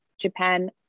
Japan